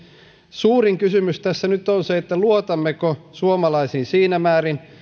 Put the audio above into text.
suurin kysymys tässä nyt on se luotammeko suomalaisiin siinä määrin